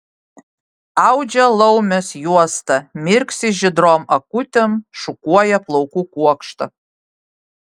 audžia laumės juostą mirksi žydrom akutėm šukuoja plaukų kuokštą